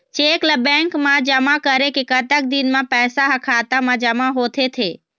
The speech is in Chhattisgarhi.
चेक ला बैंक मा जमा करे के कतक दिन मा पैसा हा खाता मा जमा होथे थे?